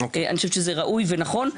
אני חושבת שזה ראוי ונכון,